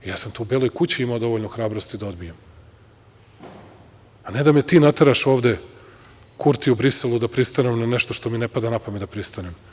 Ja sam u Beloj kući imao dovoljno hrabrosti da to odbijem, a ne da mi ti nateraš ovde, Kurti u Briselu, da pristanem na nešto što mi ne pada na pamet da pristanem.